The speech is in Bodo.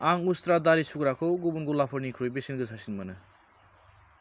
आं उस्त्रा दारि सुग्राखौ गुबुन गलाफोरनिख्रुइ बेसेन गोसासिन मोनो